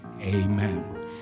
Amen